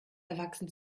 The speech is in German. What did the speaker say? erwachsen